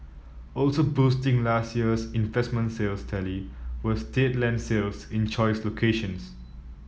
also boosting last year's investment sales tally were state land sales in choice locations